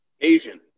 Asian